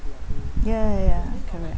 ya ya ya correct